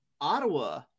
ottawa